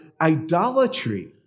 idolatry